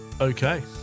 Okay